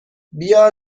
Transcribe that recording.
بیا